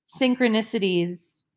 synchronicities